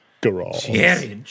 Garage